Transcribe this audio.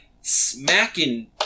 smacking